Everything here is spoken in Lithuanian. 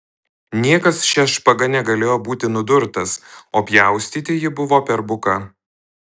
niekas šia špaga negalėjo būti nudurtas o pjaustyti ji buvo per buka